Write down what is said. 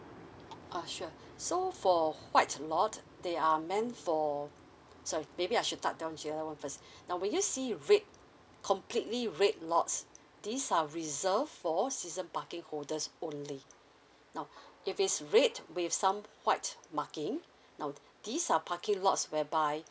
uh sure so for white lot they are meant for sorry maybe I should touch down here one first now when you see red completely red lots these are reserved for season parking holders only now if it's red with some white marking now these are parking lots whereby